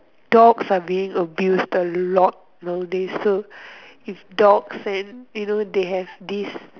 dogs are being abused a lot nowadays so if dogs and you know they have this